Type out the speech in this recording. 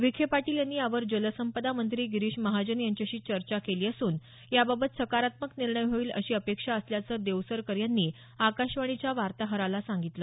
विखे पाटील यांनी यावर जलसंपदा मंत्री गिरीष महाजन यांच्याशी चर्चा केली असून याबाबत सकारात्मक निर्णय होईल अशी अपेक्षा असल्याचं देवसरकर यांनी आकाशवाणीच्या वार्ताहराला सांगितलं